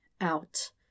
Out